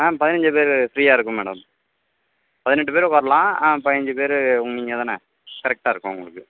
ஆ பதினஞ்சு பேர் ஃப்ரீயாக இருக்கும் மேடம் பதினெட்டு பேர் உட்காரலாம் ஆ பதிஞ்சு பேர் நீங்கள்தான கரெட்டாக இருக்கும் உங்களுக்கு